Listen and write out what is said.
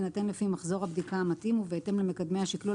יינתן לפי מחזור הבדיקה המתאים ובהתאם למקדמי השקלול